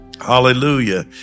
Hallelujah